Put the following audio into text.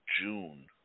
June